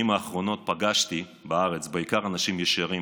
האחרונות פגשתי בארץ בעיקר אנשים ישרים,